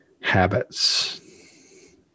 habits